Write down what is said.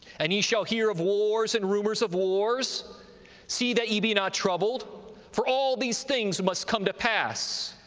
and ye shall hear of wars and rumours of wars see that ye be not troubled for all these things must come to pass,